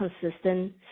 consistent